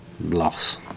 loss